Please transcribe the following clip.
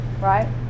right